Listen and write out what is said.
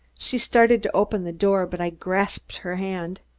she started to open the door, but i grasped her hand.